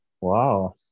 Wow